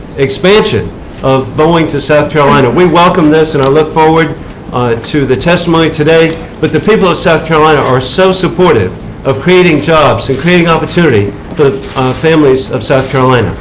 expansion of boeing to south carolina. we welcome this, and i look forward to the testimony today. but the people of south carolina are so supportive of creating jobs and creating opportunity for the families of south carolina.